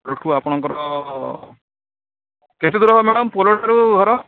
ଘରଠୁ ଆପଣଙ୍କର କେତେ ଦୂର ମ୍ୟାଡ଼ାମ୍ ପୋଲ ଠାରୁ ଘର